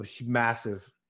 massive